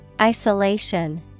Isolation